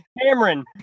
Cameron